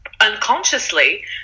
unconsciously